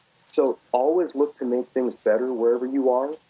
so always look to make things better wherever you are.